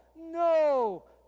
no